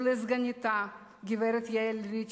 ולסגניתה, הגברת יעל ריצ'רדס,